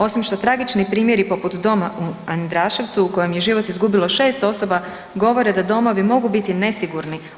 Osim što tragični primjeri poput doma u Andraševcu u kojem je život izgubilo 6 osoba, govore da domovi mogu biti nesigurni.